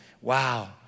wow